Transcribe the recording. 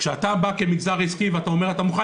כשאתה בא כמגזר עסקי ואומר: אתה מוכן